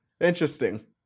interesting